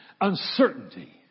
uncertainty